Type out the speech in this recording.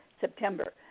September